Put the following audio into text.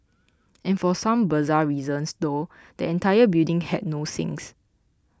and for some bizarre reason though the entire building had no sinks